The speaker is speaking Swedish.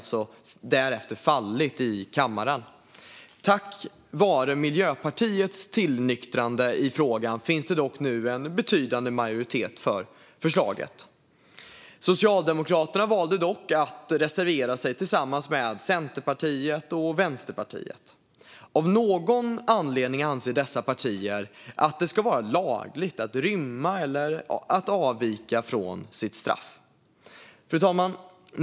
Tack vare Miljöpartiets tillnyktrande i frågan finns det dock nu en betydande majoritet för förslaget. Socialdemokraterna valde dock att reservera sig tillsammans med Centerpartiet och Vänsterpartiet. Av någon anledning anser dessa partier att det ska vara lagligt att rymma eller avvika från sitt straff. Fru talman!